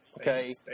Okay